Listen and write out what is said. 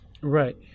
right